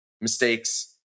mistakes